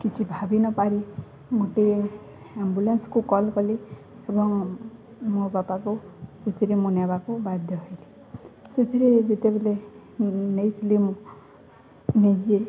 କିଛି ଭାବି ନପାରି ଗୋଟିେଏ ଆମ୍ବୁଲାନ୍ସକୁ କଲ୍ କଲି ଏବଂ ମୋ ବାପାକୁ ସେଥିରେ ମୁଁ ନେବାକୁ ବାଧ୍ୟ ହେଲି ସେଥିରେ ଯେତେବେଲେ ନେଇଥିଲି ମୁଁ ନିଜେ